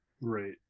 Right